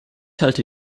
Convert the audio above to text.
halte